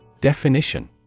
Definition